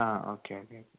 ആ okay okay okay